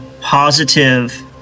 positive